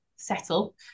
settle